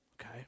okay